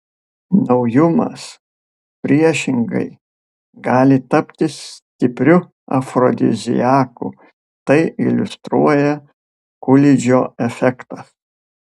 naujumas priešingai gali tapti stipriu afrodiziaku tai iliustruoja kulidžo efektas